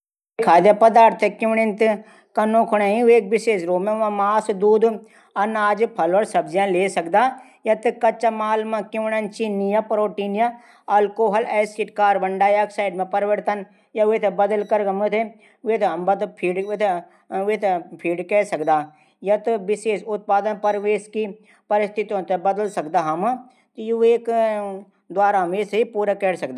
खाद्य पदार्थों थे किणवन कनू थै ई वेकू विशेष रूप मा मास दूध अनाज फल और सब्जियां ले सकदा कच्चा माल मा किण्वन चीनी या प्रोटीन या अल्कोहल या एसिड कार्बानडाई आक्साइड मा परिवर्तन वेथे फीड कै सकदा